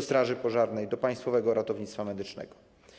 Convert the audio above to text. straży pożarnej oraz Państwowego Ratownictwa Medycznego.